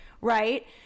Right